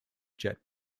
jet